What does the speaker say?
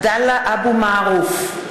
(קוראת בשמות חברי הכנסת) עבדאללה אבו מערוף,